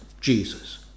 Jesus